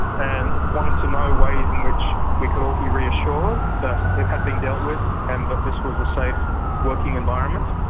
and wanted to know ways in which we could all be reassured that it had been dealt with and that this was a safe working environment.